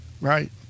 Right